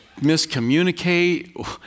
miscommunicate